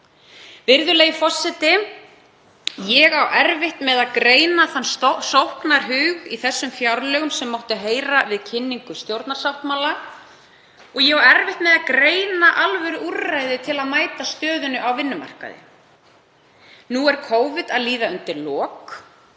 Virðulegi forseti. Ég á erfitt með að greina þann sóknarhug í þessum fjárlögum sem mátti heyra við kynningu stjórnarsáttmála og ég á erfitt með að greina alvöruúrræði til að mæta stöðunni á vinnumarkaði. Nú er Covid að líða undir lok.